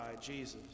Jesus